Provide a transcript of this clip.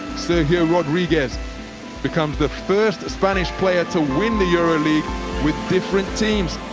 sergio rodriguez becomes the first spanish player to win the euroleague with different teams.